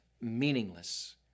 meaningless